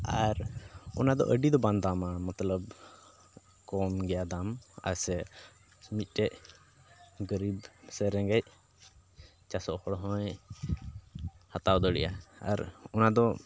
ᱟᱨ ᱚᱱᱟᱫᱚ ᱟᱹᱰᱤ ᱫᱚ ᱵᱟᱝ ᱫᱟᱢᱟ ᱢᱚᱛᱞᱚᱵ ᱠᱚᱢ ᱜᱮᱭᱟ ᱫᱟᱢ ᱟᱥᱮ ᱢᱤᱫᱴᱮᱡ ᱜᱚᱨᱤᱵ ᱥᱮ ᱨᱮᱸᱜᱮᱡ ᱪᱟᱥᱚᱜ ᱦᱚᱲ ᱦᱚᱸᱭ ᱦᱟᱛᱟᱣ ᱫᱟᱲᱮᱭᱟᱜᱼᱟ ᱟᱨ ᱚᱱᱟᱫᱚ